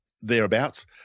thereabouts